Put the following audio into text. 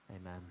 Amen